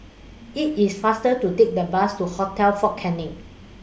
IT IS faster to Take The Bus to Hotel Fort Canning